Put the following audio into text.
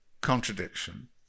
contradiction